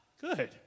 Good